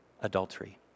adultery